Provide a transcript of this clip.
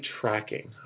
tracking